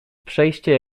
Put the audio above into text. przejście